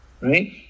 right